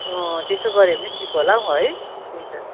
अँ त्यसो गऱ्यो भने ठिक होला है त्यही त